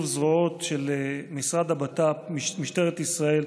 זרועות של משרד הבט"פ ומשטרת ישראל,